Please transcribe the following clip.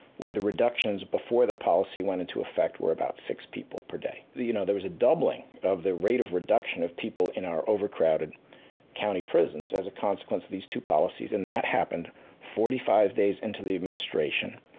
where the reductions before the policy went into effect were about six people per day. you know, there was a doubling of the rate of reduction of people in our over-crowded county prisons as a consequence of these two policies, and that happened forty five days into the administration.